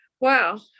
Wow